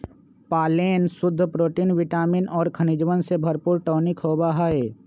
pollen शुद्ध protein vitamin और खनिजवन से भरपूर टॉनिक होबा हई